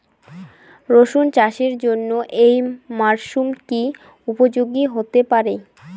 রসুন চাষের জন্য এই মরসুম কি উপযোগী হতে পারে?